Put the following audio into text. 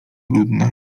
brudne